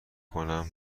کنم